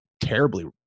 terribly